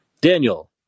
Daniel